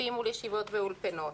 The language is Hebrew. מקיפים מול ישיבות ואולפנות,